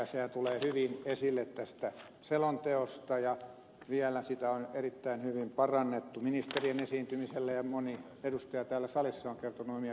sehän tulee hyvin esille tästä selonteosta ja sitä on vielä erittäin hyvin selvennetty ministerien esiintymisellä ja moni edustaja täällä salissa on kertonut omia käsityksiään siihen liittyen